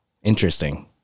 interesting